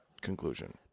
conclusion